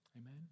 Amen